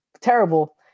terrible